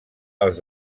els